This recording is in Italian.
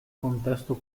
contesto